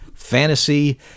fantasy